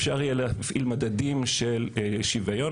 אפשר יהיה להפעיל מדדים של שוויון.